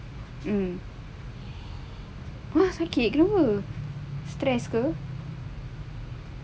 mm [pe] sakit kenapa stress ke